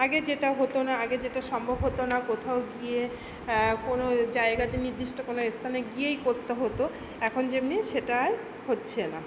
আগে যেটা হতো না আগে যেটা সম্ভব হতো না কোথাও গিয়ে কোনো জায়গাতে নির্দিষ্ট কোনো স্থানে গিয়েই করতে হতো এখন যেমনি সেটা আর হচ্ছে না